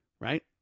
Right